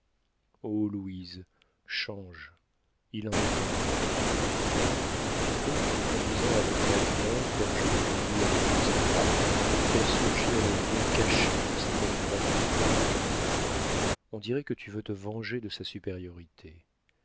louise change il en est temps encore tu peux en te conduisant avec macumer comme je me conduis avec l'estorade faire surgir le lion caché dans cet homme vraiment supérieur on dirait que tu veux te venger de sa supériorité